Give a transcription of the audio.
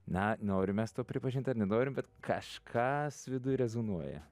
na norim mes to pripažint ar nenorim bet kažkas viduj rezonuoja